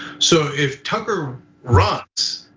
so if tucker rots,